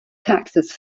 texas